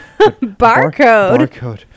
Barcode